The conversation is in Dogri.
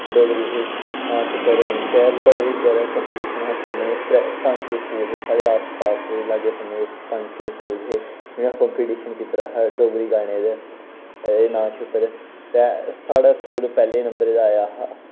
डोगरी नाच पर तै बड़े जैदा कम्पटीशन हा स्कूलें च त्रै पंज छे स्कूल हे साढ़े आस पास दे लाग्गे बन्ने दे पंज छे स्कूल हे जिनें कम्पटीशन कीते दा हा डोगरी गानें ते ते एह् नाच उप्पर ते साढ़ा स्कूल पैह्ले नंबरे आया हा